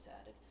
added